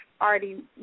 already